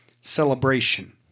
celebration